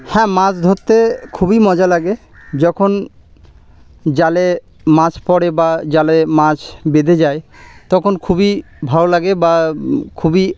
হ্যাঁ মাছ ধরতে খুবই মজা লাগে যখন জালে মাছ পড়ে বা জালে মাছ বেঁধে যায় তখন খুবই ভালো লাগে বা খুবই